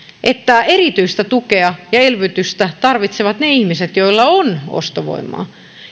että erityistä tukea ja elvytystä tarvitsevat ne ihmiset joilla on ostovoimaa